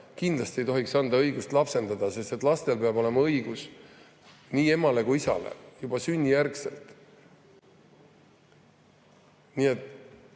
Kindlasti ei tohiks anda õigust lapsendada, sest lastel peab olema õigus nii emale kui ka isale juba sünnijärgselt. Nii et